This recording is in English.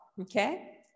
okay